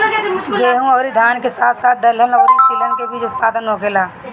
गेहूं अउरी धान के साथ साथ दहलन अउरी तिलहन के भी उत्पादन होखेला